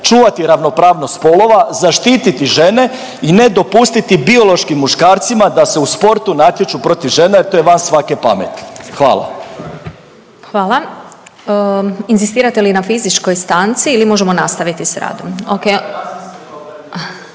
čuvati ravnopravnost spolova, zaštititi žene i ne dopustiti biološkim muškarcima da se u sportu natječu protiv žene to je van svake pameti. Hvala. **Glasovac, Sabina (SDP)** Hvala. Inzistirate li na fizičkoj stanci ili možemo nastaviti s radom?